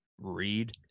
read